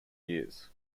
years